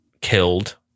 killed